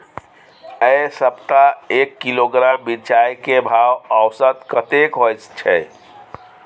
ऐ सप्ताह एक किलोग्राम मिर्चाय के भाव औसत कतेक होय छै?